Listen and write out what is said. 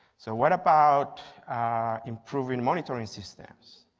so what about improving monetary systems?